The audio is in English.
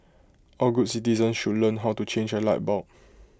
all good citizens should learn how to change A light bulb